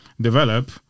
develop